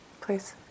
Please